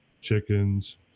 chickens